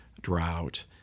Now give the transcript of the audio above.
drought